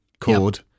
chord